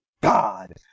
God